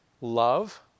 love